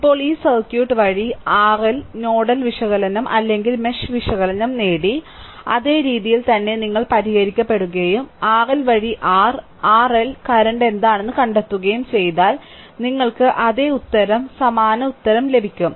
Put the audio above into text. ഇപ്പോൾ ഈ സർക്യൂട്ട് വഴി ieRL നോഡൽ വിശകലനം അല്ലെങ്കിൽ മെഷ് വിശകലനം നേടി അതേ രീതിയിൽ തന്നെ നിങ്ങൾ പരിഹരിക്കുകയും RL വഴി R RL കറന്റ് എന്താണെന്ന് കണ്ടെത്തുകയും ചെയ്താൽ നിങ്ങൾക്ക് അതേ ഉത്തരം സമാന ഉത്തരം ലഭിക്കും